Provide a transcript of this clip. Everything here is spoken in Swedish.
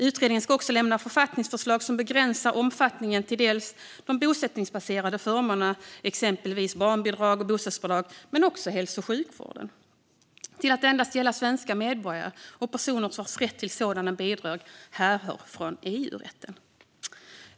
Utredningen ska också lämna författningsförslag som begränsar omfattningen till dels de bosättningsbaserade förmånerna, exempelvis barnbidrag och bostadsbidrag, dels hälso och sjukvården till att endast gälla svenska medborgare och personer vars rätt till sådana bidrag härrör från EU-rätten.